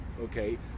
okay